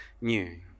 new